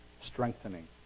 Strengthening